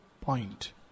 point